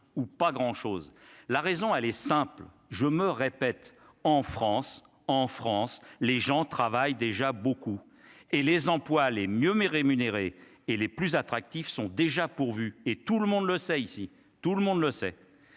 ou pas grand chose, la raison, elle est simple, je me répète, en France, en France, les gens travaillent déjà beaucoup et les emplois les mieux mais rémunérés et les plus attractifs sont déjà pourvus et tout le monde le sait ici, tout le monde le sait,